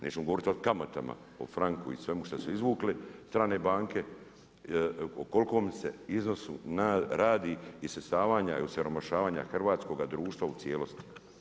Nećemo govoriti o kamatama, o franku i svemu što su izvukli strane banke o kolikom se iznosu radi isisavanja i osiromašivanja hrvatskoga društva u cijelosti.